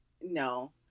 No